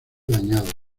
dañado